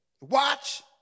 Watch